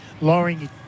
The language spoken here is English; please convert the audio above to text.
lowering